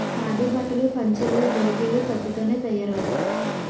ఖాదీ బట్టలు పంచలు దోతీలు పత్తి తోనే తయారవుతాయి